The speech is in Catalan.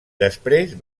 després